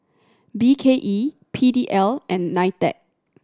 B K E P D L and NITEC